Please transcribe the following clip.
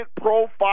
profile